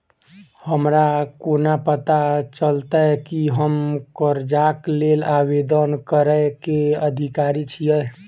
हमरा कोना पता चलतै की हम करजाक लेल आवेदन करै केँ अधिकारी छियै?